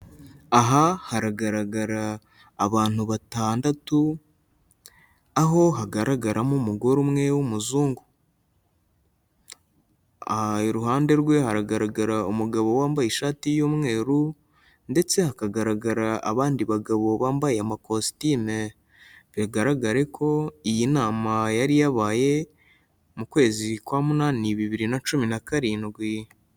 Aha haragaragara abantu batandatu, aho hagaragaramo w'umuzungu. Iruhande rwe hagaragara umugabo wambaye ishati y'umweru ndetse hagaragara abandi bagabo bambaye amakositimu. Bigaragare ko iyi nama yari yabaye mu kwezi kwa munani, bibiri na cumi na karindwi.